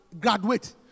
graduate